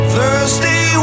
Thursday